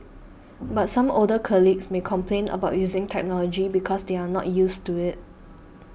but some older colleagues may complain about using technology because they are not used to it